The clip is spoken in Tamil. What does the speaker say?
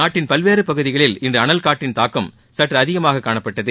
நாட்டின் பல்வேறு பகுதிகளில் இன்று அனல் காற்றின் தாக்கம் சற்று அதிகமாக காணப்பட்டது